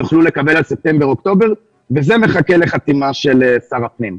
יוכלו לקבל על ספטמבר ואוקטובר וזה מחכה לחתימה של שר הפנים.